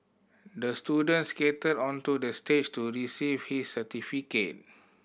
the student skated onto the stage to receive his certificate